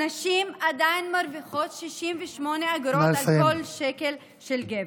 שנשים עדיין מרוויחות 68 אגורות על כל שקל של גבר.